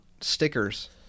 Stickers